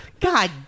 God